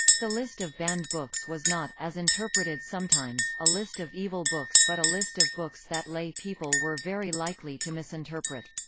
the list of banned books was not, as interpreted sometimes, a list of evil books but a list of books that lay people were very likely to misinterpret.